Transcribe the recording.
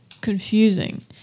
confusing